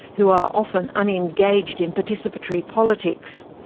who are often unengaged in participatory politics.